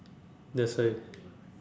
that's why